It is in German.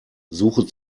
suche